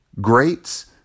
Greats